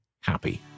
happy